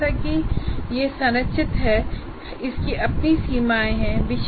जैसा कि यह संरचित है इसकी अपनी सीमाएँ हैं